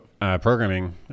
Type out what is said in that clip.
programming